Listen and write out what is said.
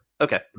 Okay